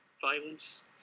violence